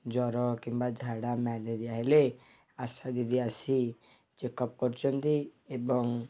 ଜ୍ଵର କିମ୍ବା ଝାଡ଼ା ମ୍ୟାଲେରିଆ ହେଲେ ଆଶା ଦିଦି ଆସି ଚେକ୍ଅପ୍ କରୁଛନ୍ତି ଏବଂ